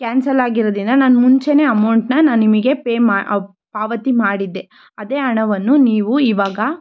cancel ಆಗಿರೋದರಿಂದ ನಾನು ಮುಂಚೆಯೇ ಅಮೌಂಟನ್ನು ನಾನು ನಿಮಗೆ ಪೇ ಮಾ ಪಾವತಿ ಮಾಡಿದ್ದೆ ಅದೇ ಹಣವನ್ನು ನೀವು ಇವಾಗ